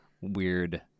weird